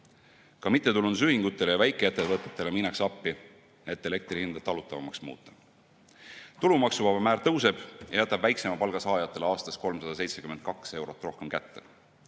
Ka mittetulundusühingutele ja väikeettevõtetele minnakse appi, et elektri hinda talutavamaks muuta. Tulumaksuvaba määr tõuseb, mis jätab väiksema palga saajatele aastas 372 eurot rohkem kätte.